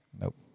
nope